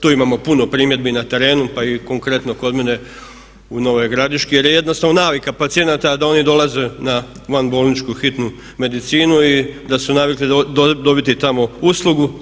Tu imamo puno primjedbi na terenu i konkretno kod mene u Novoj Gradiški jer je jednostavno navika pacijenata da oni dolaze na vanbolničku hitnu medicinu i da su navikli dobiti tamo uslugu.